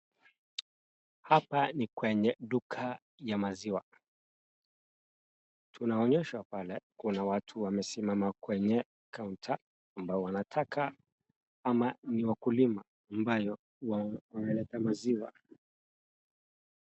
Hapa ni kwenye duka ya maziwa. Tunaonyeshwa pale, kuna watu wamesimama kwenye kaunta ambao wanataka ama ni wakulima ambayo wameleta maziwa.